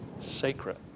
sacred